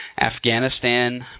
Afghanistan